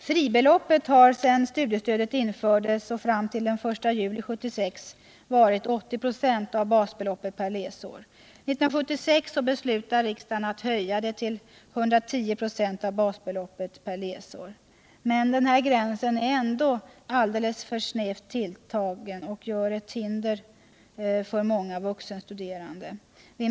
Fribeloppet har sedan studiestödet infördes och fram till den 1 juli 1976 varit 80 96 av basbeloppet per läsår. 1976 beslutade riksdagen att höja fribeloppet till 110 96 av basbeloppet per läsår. Denna gräns är dock fortfarande för snävt tilltagen och utgör ett hinder för många vuxenstuderande.